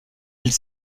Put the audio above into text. ils